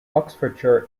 oxfordshire